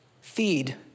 feed